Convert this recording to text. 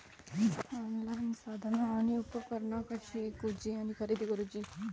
Online साधना आणि उपकरणा कशी ईकूची आणि खरेदी करुची?